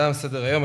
תם סדר-היום.